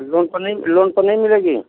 loan पर नहीं loan पर नहीं मिलेगी